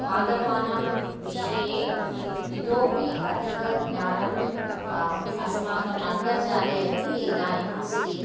पादपानां विषये इत् इतोऽपि अधिकं ज्ञानम् अस्माकम् अन्तर्जाले अपि इदानीम् अस्ति